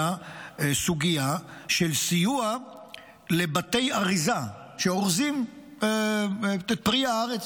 סוגיה של סיוע לבתי אריזה שאורזים את פרי הארץ,